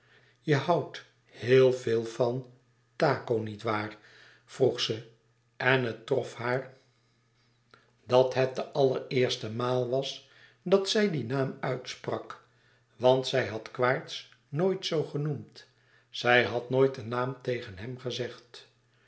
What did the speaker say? je houdt heel veel van taco niet waar vroeg ze en het trof haar dat het de allereerste maal was dat zij dien naam uitsprak want zij had quaerts nooit zoo genoemd zij had nooit een naam tegen hem gezegd